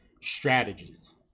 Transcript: strategies